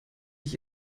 ich